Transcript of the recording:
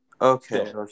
Okay